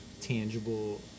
tangible